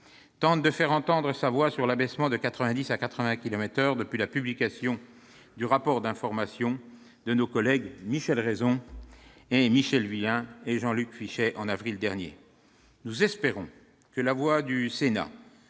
tente de faire entendre sa voix sur l'abaissement de 90 à 80 kilomètres par heure depuis la publication du rapport d'information de nos collègues Michel Raison, Michèle Vullien et Jean-Luc Fichet, en avril dernier ! Nous espérons que la voix du Sénat